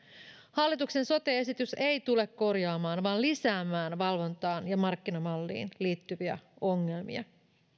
hallituksen sote esitys ei tule korjaamaan vaan lisäämään valvontaan ja markkinamalleihin liittyviä ongelmia